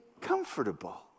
comfortable